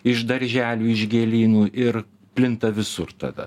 iš darželių iš gėlynų ir plinta visur tada